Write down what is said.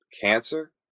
Cancer